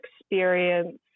experience